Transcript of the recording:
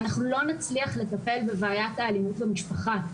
אנחנו לא נצליח לטפל בבעיית האלימות במשפחה.